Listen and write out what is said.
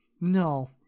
No